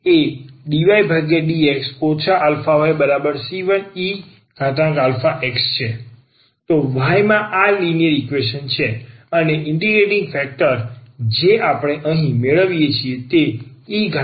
તો y માં આ લિનિયર ઈક્વેશન છે અને ઇન્ટિગ્રેટીંગ ફેક્ટર જે આપણે અહીં મેળવીએ છીએ તે e αxછે